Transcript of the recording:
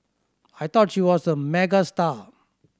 I thought she was a megastar